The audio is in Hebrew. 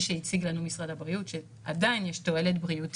שהמדינה היא קודם כול באזהרת מסע ואז היא עולה לאזהרת מסע